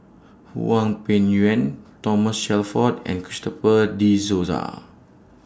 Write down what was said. Hwang Peng Yuan Thomas Shelford and Christopher De Souza